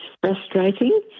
frustrating